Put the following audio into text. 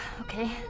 okay